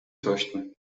fürchten